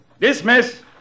Dismiss